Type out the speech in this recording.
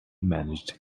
managed